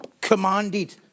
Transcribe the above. commanded